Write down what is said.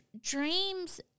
dreams